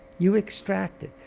you extract it.